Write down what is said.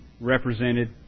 represented